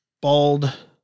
bald